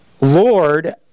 lord